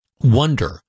wonder